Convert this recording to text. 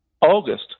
August